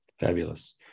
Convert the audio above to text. fabulous